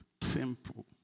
simple